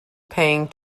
paying